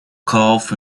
calf